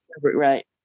Right